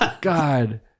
God